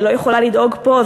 היא לא יכולה לדאוג פה,